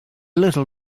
little